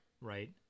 Right